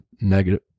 negative